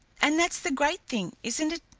and that's the great thing, isn't it.